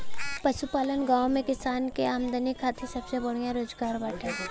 पशुपालन गांव में किसान के आमदनी खातिर सबसे बढ़िया रोजगार बाटे